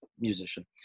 musician